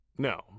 No